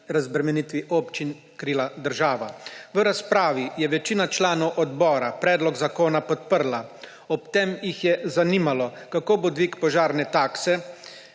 razbremenitvi občin krila država. V razpravi je večina članov odbora predlog zakona podprla. Ob tem jih je zanimalo, kako bodo dvig požarne takse